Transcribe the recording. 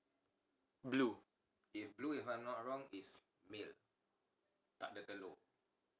blue